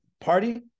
Party